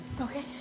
Okay